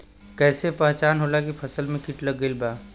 कैसे पहचान होला की फसल में कीट लग गईल बा?